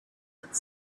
that